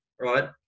right